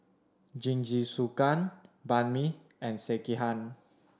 Jingisukan Banh Mi and Sekihan